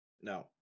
No